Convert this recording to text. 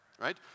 Right